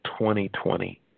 2020